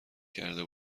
کرده